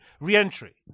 re-entry